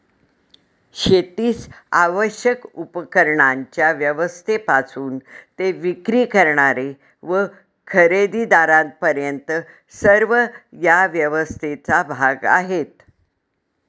शेतीस आवश्यक उपकरणांच्या व्यवस्थेपासून ते विक्री करणारे व खरेदीदारांपर्यंत सर्व या व्यवस्थेचा भाग आहेत